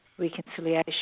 reconciliation